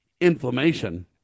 inflammation